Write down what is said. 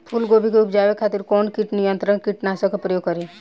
फुलगोबि के उपजावे खातिर कौन कीट नियंत्री कीटनाशक के प्रयोग करी?